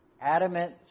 adamant